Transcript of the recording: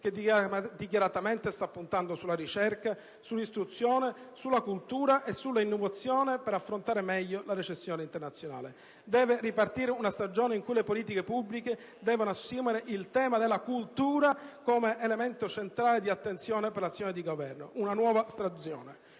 che dichiaratamente sta puntando sulla ricerca, sull'istruzione, sulla cultura e sulla innovazione per affrontare meglio la recessione internazionale. Deve ripartire una stagione in cui le politiche pubbliche devono assumere il tema della cultura come elemento centrale di attenzione per l'azione di governo: una nuova stagione.